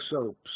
soaps